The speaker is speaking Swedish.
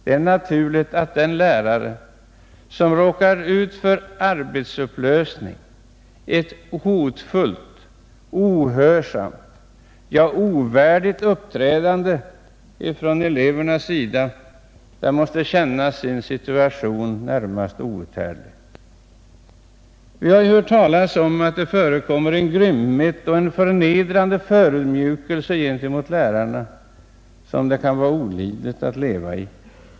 Det är naturligt att den lärare, som råkar ut för en disciplinupplösning och ett hotfullt, ohörsamt, ja, ovärdigt uppträdande från elevernas sida, måste känna sin situation som närmast outhärdlig. Vi har hört talas om att det förekommer en grymhet mot och en förnedrande förödmjukelse av lärarna som det kan vara olidligt att leva under.